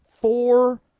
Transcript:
four